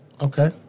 Okay